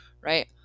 right